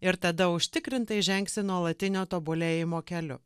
ir tada užtikrintai žengsi nuolatinio tobulėjimo keliu